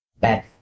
bad